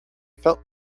felt